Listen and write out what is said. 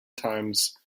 times